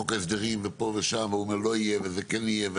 חוק ההסדרים ופה ושם ואומר לא יהיה וכן יהיה,